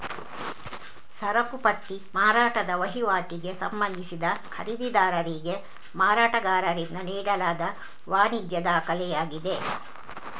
ಸರಕು ಪಟ್ಟಿ ಮಾರಾಟದ ವಹಿವಾಟಿಗೆ ಸಂಬಂಧಿಸಿದ ಖರೀದಿದಾರರಿಗೆ ಮಾರಾಟಗಾರರಿಂದ ನೀಡಲಾದ ವಾಣಿಜ್ಯ ದಾಖಲೆಯಾಗಿದೆ